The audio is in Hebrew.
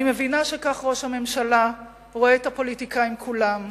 אני מבינה שכך ראש הממשלה רואה את הפוליטיקאים כולם,